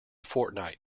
fortnight